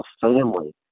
family